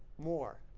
moore.